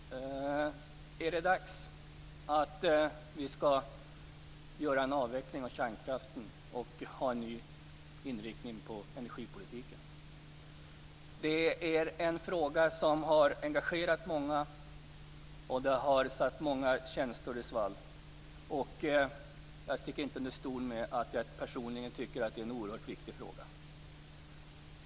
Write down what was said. Fru talman! Är det dags att göra en avveckling av kärnkraften och att ha en ny inriktning på energipolitiken? Den frågan har engagerat många och fått många känslor i svall. Jag sticker inte under stol med att jag personligen tycker att frågan är oerhört viktig.